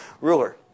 ruler